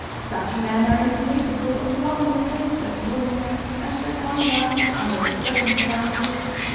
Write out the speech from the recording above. such men are incapable of loving a faithless woman and their conduct, under the circumstances,